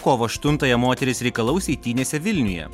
kovo aštuntąją moterys reikalaus eitynėse vilniuje